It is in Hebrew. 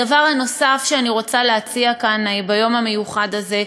הדבר הנוסף שאני רוצה להציע כאן ביום המיוחד הזה,